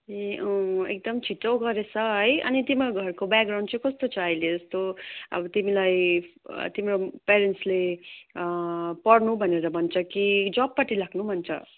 ए अँ एकदम छिटो गरेछ है अनि तिम्रो घरको ब्याकग्राउन्ड चाहिँ कस्तो छ अहिले जस्तो अब तिमीलाई तिम्रो प्यारेन्सले पढ्नु भनेर भन्छ कि जबपट्टि लाग्नु भन्छ